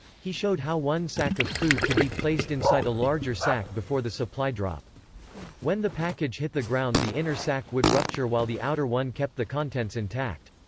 he showed how one sack of food could be placed inside a larger sack before the supply drop when the package hit the ground the inner sack would rupture while the outer one kept the contents intact.